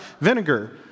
vinegar